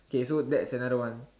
okay so that's another one